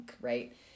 right